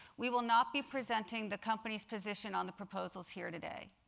we will not be presenting the company's position on the proposals here today.